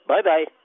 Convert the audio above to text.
Bye-bye